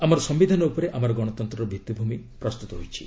ଆମର ସିୟିଧାନ ଉପରେ ଆମର ଗଣତନ୍ତ୍ରର ଭିଭିଭୂମି ପ୍ରସ୍ତୁତ ହୋଇଛି